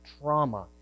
trauma